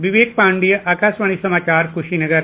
विवेक पाण्डेय आकाशवाणी समाचार कुशीनगर